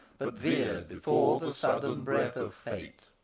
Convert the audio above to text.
but veered before the sudden breath of fate